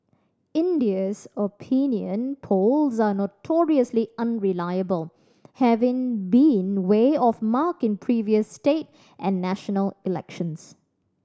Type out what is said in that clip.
India's opinion polls are notoriously unreliable having been way off mark in previous state and national elections